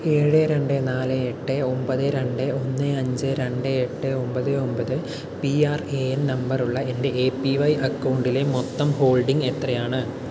ഏഴ് രണ്ട് നാല് എട്ട് ഒമ്പത് രണ്ട് ഒന്ന് അഞ്ച് രണ്ട് എട്ട് ഒമ്പത് ഒമ്പത് പാൻ നമ്പറുള്ള എൻ്റെ എ പി വൈ അക്കൗണ്ടിലെ മൊത്തം ഹോൾഡിംഗ് എത്രയാണ്